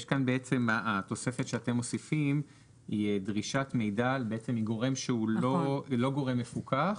התוספת שאתם מוסיפים היא דרישת מידע בעצם מגורם שהוא לא גורם מפוקח